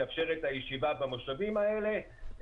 יאפשר את הישיבה במושבים האלה,